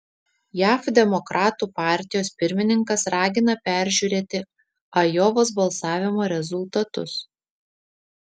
jav demokratų partijos pirmininkas ragina peržiūrėti ajovos balsavimo rezultatus